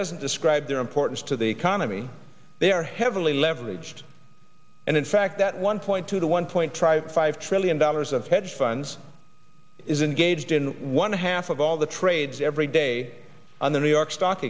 doesn't describe their importance to the economy they are heavily leveraged and in fact that one point two to one point try five trillion dollars of hedge funds is engaged in one half of all the trades every day on the new york stock